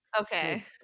Okay